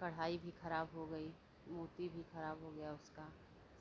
कढ़ाई भी खराब हो गयी मोती भी खराब हो गया उसका